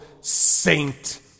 saint